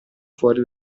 fuori